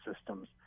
systems